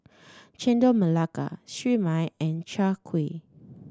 Chendol Melaka Siew Mai and Chai Kuih